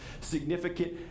significant